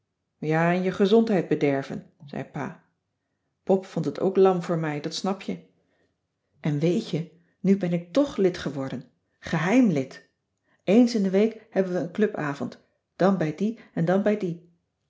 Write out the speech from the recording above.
en je gezondheid bederven zei pa pop vond het ook lam voor mij dat snap je en weet je nu ben ik toch lid geworden geheim lid eens in de week hebben we een clubavond dan bij die en dan bij die